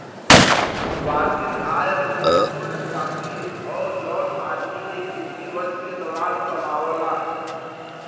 वार्षिक आय उ कुल राशि हौ जौन आदमी एक वित्तीय वर्ष के दौरान कमावला